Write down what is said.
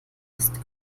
ist